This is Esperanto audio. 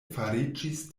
fariĝis